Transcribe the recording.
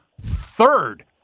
third